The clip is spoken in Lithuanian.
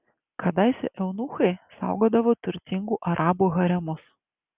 kadaise eunuchai saugodavo turtingų arabų haremus